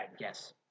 Yes